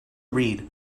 read